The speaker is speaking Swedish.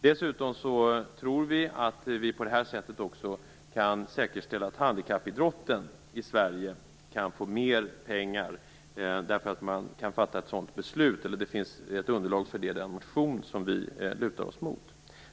Vi tror också att vi på det här sättet kan säkerställa att handikappidrotten i Sverige får mer pengar. Det finns ett underlag för det i den motion som vi lutar oss mot.